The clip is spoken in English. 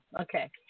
Okay